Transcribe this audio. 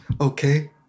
Okay